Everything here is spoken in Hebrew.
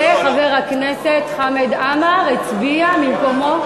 וחבר הכנסת חמד עמאר הצביע ממקומו,